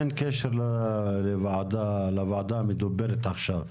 ואין קשר לוועדה המדוברת עכשיו.